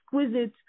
exquisite